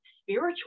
spiritual